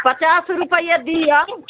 पचास रुपैए दिअ